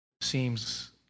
seems